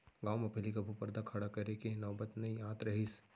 गॉंव म पहिली कभू परदा खड़ा करे के नौबत नइ आत रहिस